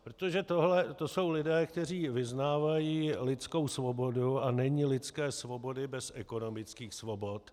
Protože tohleto jsou lidé, kteří vyznávají lidskou svobodu, a není lidské svobody bez ekonomických svobod.